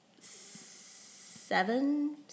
seven